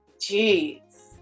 Jeez